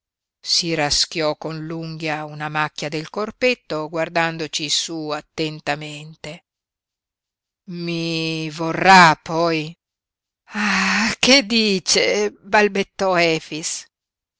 si raschiò con l'unghia una macchia del corpetto guardandoci su attentamente i vorrà poi ah che dice balbettò efix